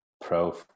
pro